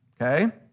okay